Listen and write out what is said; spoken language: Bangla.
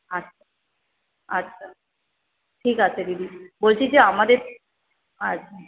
আচ্ছা আচ্ছা ঠিক আছে দিদি বলছি যে আমাদের আচ্ছা